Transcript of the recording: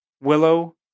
Willow